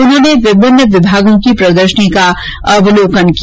उन्होंने विभिन्न विभागों की प्रदर्शनी का अवलोकन भी किया